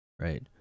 right